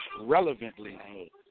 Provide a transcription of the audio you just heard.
relevantly